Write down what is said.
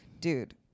Dude